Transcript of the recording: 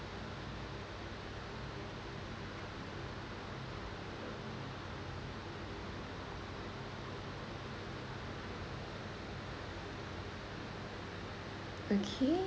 okay